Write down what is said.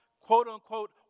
quote-unquote